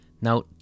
now